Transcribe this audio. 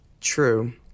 True